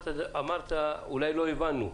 אולי לא הבנו.